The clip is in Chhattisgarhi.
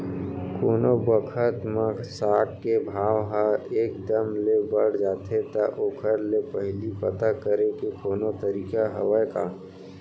कोनो बखत म साग के भाव ह एक दम ले बढ़ जाथे त ओखर ले पहिली पता करे के कोनो तरीका हवय का?